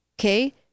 Okay